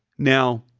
now,